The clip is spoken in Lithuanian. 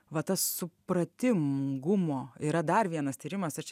va tas supratingumo yra dar vienas tyrimas ir čia